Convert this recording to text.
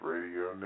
Radio